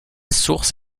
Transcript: source